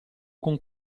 con